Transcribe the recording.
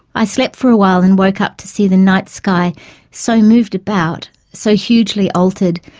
i slept for a while and woke up to see the night sky so moved about, so hugely altered,